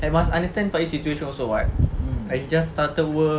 and must understand faiz situation also [what] like he just started work